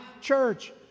church